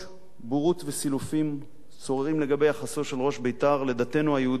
בורות וסילופים שוררים לגבי יחסו של ראש בית"ר לדתנו היהודית,